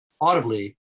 audibly